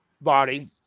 body